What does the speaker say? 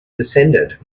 descended